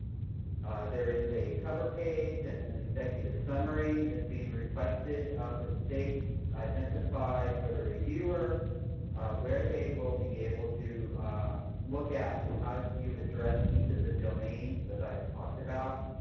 ah there is a cover page and an executive summary is being requested from states to identify for the reviewer where they will be able to look at how you've addressed each of the domains that i have talked about